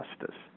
justice